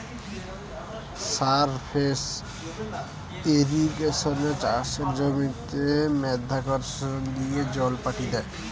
surface ইর্রিগেশনে চাষের জমিতে মাধ্যাকর্ষণ দিয়ে জল পাঠি দ্যায়